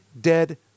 dead